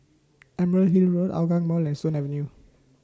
Emerald Hill Road Hougang Mall and Stone Avenue